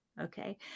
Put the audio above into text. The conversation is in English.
Okay